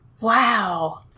Wow